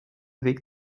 weg